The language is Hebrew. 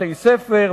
בתי-ספר,